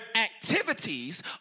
activities